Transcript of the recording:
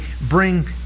bring